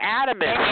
adamant